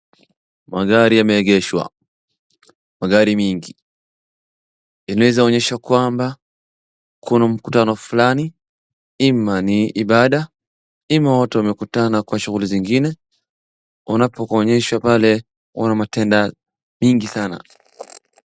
Magari yameegeshwa magari mingi, inaweza onyesha kwamba kuna mkutano fulani ama ni ibada ama watu wamekutana kwa shughuli zingine unapoonyeshwa pale kuna matenda mingi sana.